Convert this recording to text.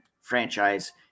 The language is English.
franchise